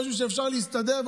חושבים שאפשר להסתדר.